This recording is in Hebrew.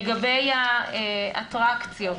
לגבי האטרקציות